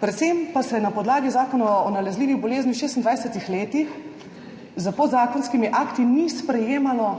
Predvsem pa se na podlagi Zakona o nalezljivih bolezni v 26 letih s podzakonskimi akti ni sprejemalo